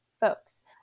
folks